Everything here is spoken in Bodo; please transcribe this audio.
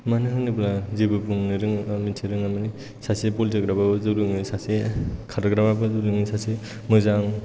मानो होनोब्ला जेबो बुंनो रोङा मिन्थि रोङा माने सासे बल जोग्राबाबो जौ लोङो सासे खारबायग्राबाबो जौ लोङो सासे मोजां